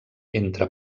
entre